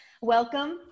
Welcome